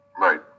Right